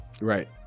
Right